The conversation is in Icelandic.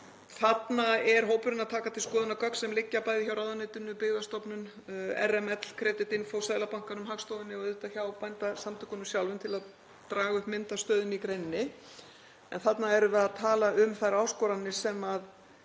viku. Hópurinn tekur til skoðunar gögn sem liggja bæði hjá ráðuneytinu, Byggðastofnun, RML, Creditinfo, Seðlabankanum, Hagstofunni og auðvitað hjá Bændasamtökunum sjálfum til að draga upp mynd af stöðunni í greininni. En þarna erum við að tala um þær áskoranir sem